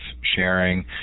sharing